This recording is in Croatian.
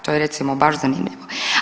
To je, recimo, baš zanimljivo.